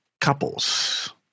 couples